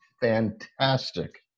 fantastic